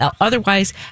otherwise